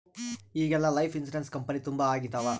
ಈಗೆಲ್ಲಾ life insurance company ತುಂಬಾ ಆಗಿದವ